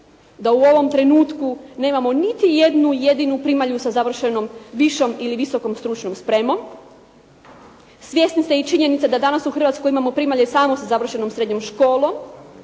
da u ovom trenutku nemamo niti jednu jedinu primalju sa završenom višom ili visokom stručnom spremom. Svjesni ste i činjenice da danas u Hrvatskoj imamo primalje samo za završenom srednjom školom